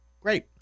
Great